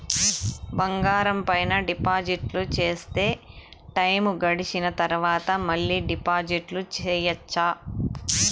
బంగారం పైన డిపాజిట్లు సేస్తే, టైము గడిసిన తరవాత, మళ్ళీ డిపాజిట్లు సెయొచ్చా?